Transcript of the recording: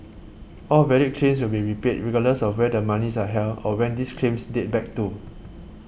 all valid claims will be repaid regardless of where the monies are held or when these claims date back to